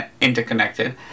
interconnected